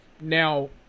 Now